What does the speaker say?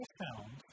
found